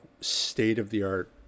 state-of-the-art